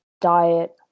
diet